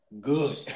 good